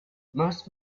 most